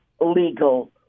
legal